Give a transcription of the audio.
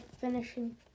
finishing